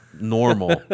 normal